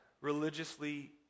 religiously